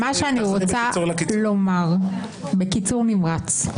בקיצור נמרץ,